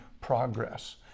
progress